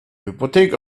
hypothek